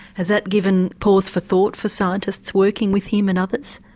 has that given pause for thought for scientists working with him and others?